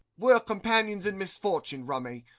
we're companions in misfortune, rummy.